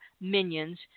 Minions